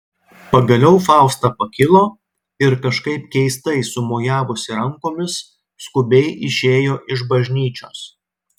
pagaliau fausta pakilo ir kažkaip keistai sumojavusi rankomis skubiai išėjo iš bažnyčios